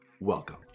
welcome